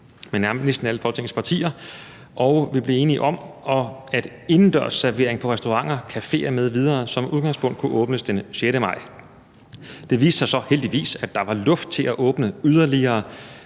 med næsten alle Folketingets partier, og vi blev enige om, at indendørs servering på restauranter, caféer m.v. som udgangspunkt kunne åbnes den 6. maj. Det viste sig så heldigvis, at der var luft til at åbne yderligere,